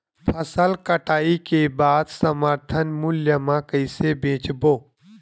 फसल कटाई के बाद समर्थन मूल्य मा कइसे बेचबो?